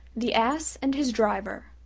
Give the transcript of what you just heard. the ass and his driver